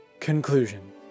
Conclusion